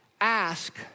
ask